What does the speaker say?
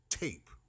tape